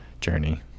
journey